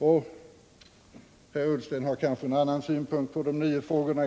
Herr Ullsten har kanske andra synpunkter på de nio frågorna.